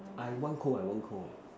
I won't Call I won't Call